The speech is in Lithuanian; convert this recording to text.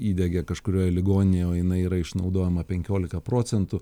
įdegia kažkurioj ligoninėj o jinai yra išnaudojama penkiolika procentų